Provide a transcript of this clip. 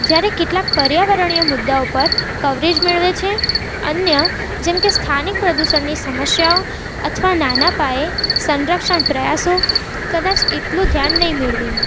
જ્યારે કેટલાક પર્યાવરણીય મુદ્દાઓ પર કવરેજ મેળવે છે અન્ય જેમ કે સ્થાનિક પ્રદૂષણની સમસ્યાઓ અથવા નાના પાયે સંરક્ષણ પ્રયાસો કદાચ એટલું ધ્યાન નહીં મેળવે